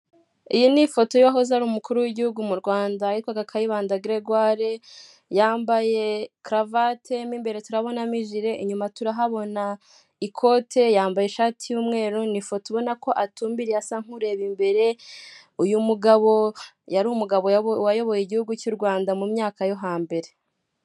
Iyi ni ifoto y'uwahoze ari umukuru w'igihugu witwga KAYIBANDA Gergwari yambaye karavate mo imbere turabonamo ijire inyuma turahabona ikote yambaye ishati y'umweru atumbiriye asa nk'ureba imbere uyu mugabo yari umugabo wayoboye igihugu cy' u Rwanda mu myaka yo hambere.